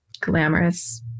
glamorous